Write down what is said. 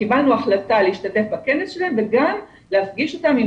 קיבלנו החלטה להשתתף בכנס שלהם וגם להפגיש אותם עם